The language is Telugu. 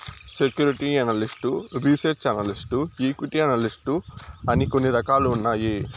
security analyst research analyst equity analyst అని కొన్ని రకాలు ఉన్నాయి